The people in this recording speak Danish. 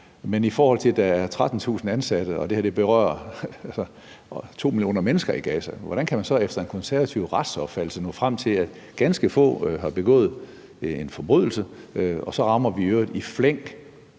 Men i forhold til at der er 13.000 ansatte og det her berører 2 millioner mennesker i Gaza, hvordan kan man så efter en konservativ retsopfattelse nå frem til, at ganske få har begået en forbrydelse? Så rammer vi i øvrigt i flæng